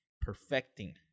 perfecting